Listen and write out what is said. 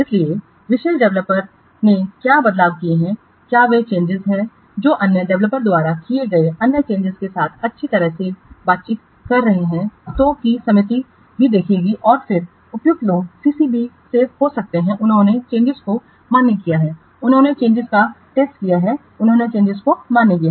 इसलिए विशेष डेवलपर ने क्या बदलाव किए हैं क्या वे चेंजिंस हैं जो अन्य डेवलपर द्वारा किए गए अन्य चेंजिंसों के साथ अच्छी तरह से बातचीत कर रहे हैं जो कि समिति भी देखेगी और फिर उपयुक्त लोग CCB से हो सकते हैं उन्होंने चेंजिंस को मान्य किया है उन्होंने चेंजिंस का टेस्ट किया है उन्होंने चेंजिंस को मान्य किया है